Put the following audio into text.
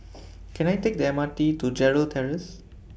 Can I Take The M R T to Gerald Terrace